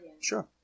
Sure